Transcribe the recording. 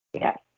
Yes